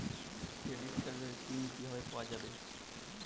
Credit কার্ডের PIN কিভাবে পাওয়া যাবে?